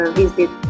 visit